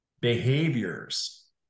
behaviors